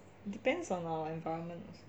depends on our environment also